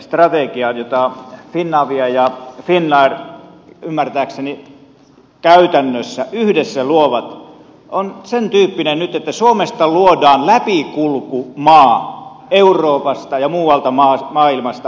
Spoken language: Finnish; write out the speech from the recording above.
lentoliikennestrategia jota finavia ja finnair ymmärtääkseni käytännössä yhdessä luovat on sentyyppinen nyt että suomesta luodaan läpikulkumaa euroopasta ja muualta maailmasta aasiaan